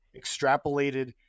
extrapolated